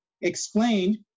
explained